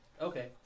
Okay